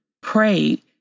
pray